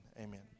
amen